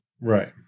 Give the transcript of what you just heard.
Right